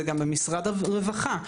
זה גם במשרד הרווחה,